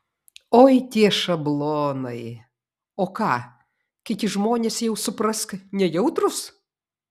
oi tie šablonai o ką kiti žmonės jau suprask nejautrūs